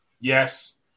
Yes